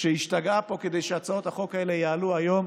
שהשתגעה פה כדי שהצעות החוק האלה יעלו היום,